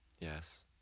Yes